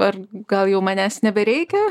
ar gal jau manęs nebereikia